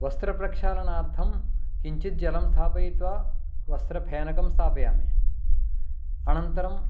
वस्त्रप्रक्षालनार्थं किञ्चिज्जलं स्थापयित्वा वस्रफेनकं स्थापयामि अनन्तरम्